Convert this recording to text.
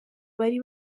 bari